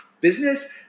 business